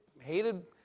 hated